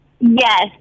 yes